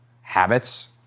Habits